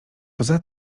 poza